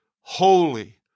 holy